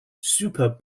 super